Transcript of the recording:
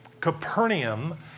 Capernaum